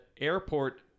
airport